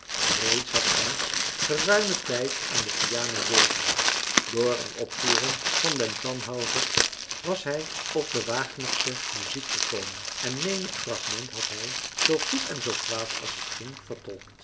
reeds had frans geruimen tijd aan de piano doorgemarcellus emants een drietal novellen bracht door een opvoering van den tannhäuser was hij op de wagnersche muziek gekomen en menig fragment had hij zoo goed en zoo kwaad als het ging